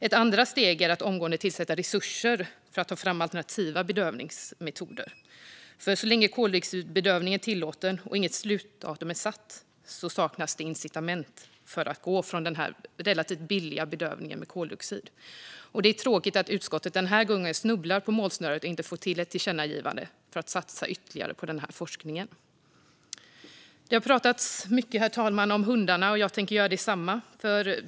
Ett andra steg är att omgående tillsätta resurser för att ta fram alternativa bedövningsmetoder. Så länge koldioxidbedövningen är tillåten och inget slutdatum satt saknas ju incitament att gå från den relativt billiga bedövningen med koldioxid. Det är tråkigt att utskottet den här gången snubblar på målsnöret och inte får till ett tillkännagivande för att satsa ytterligare på denna forskning. Herr talman! Det har talats mycket om hundar, och jag tänker göra detsamma.